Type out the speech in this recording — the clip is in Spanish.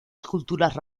esculturas